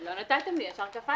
לא נתתם לי, ישר קפצתם.